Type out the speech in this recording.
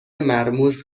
مرموز